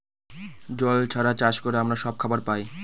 জল ছাড়া চাষ করে আমরা সব খাবার পায়